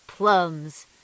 Plums